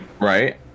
Right